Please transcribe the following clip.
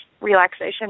relaxation